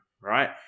right